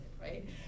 right